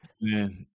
Man